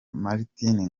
martin